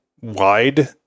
wide